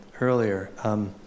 earlier